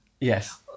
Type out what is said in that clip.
Yes